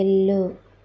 వెళ్ళు